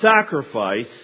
sacrifice